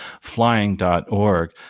flying.org